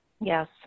Yes